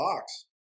box